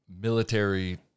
military